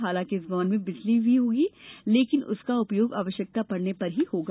हालांकि इस भवन में बिजली भी रहेगी लेकिन उसका उपयोग आवश्यकता पड़ने पर ही होगा